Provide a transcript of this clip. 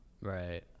Right